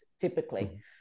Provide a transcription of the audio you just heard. typically